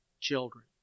children